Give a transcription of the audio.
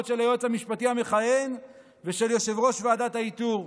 של היועץ המשפטי המכהן ושל יושב-ראש ועדת האיתור,